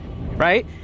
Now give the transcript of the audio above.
right